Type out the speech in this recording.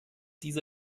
diese